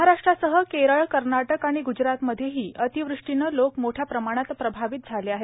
महाराष्ट्रासह केरळ कर्नाटक आणि ग्जरातमध्येही अतिवृष्टीनी लोक मोठ्या प्रमाणात प्रभावित झाले आहेत